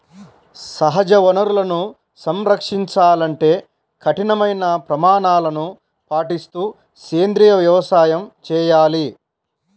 సహజ వనరులను సంరక్షించాలంటే కఠినమైన ప్రమాణాలను పాటిస్తూ సేంద్రీయ వ్యవసాయం చేయాలి